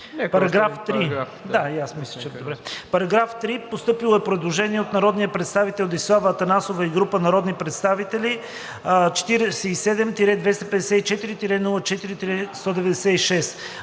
за § 2. По § 3 има предложение от народния представител Десислава Атанасова и група народни представители, № 47-254-04-196: